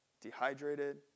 Dehydrated